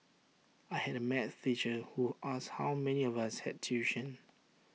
I had A math teacher who asked how many of us had tuition